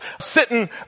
sitting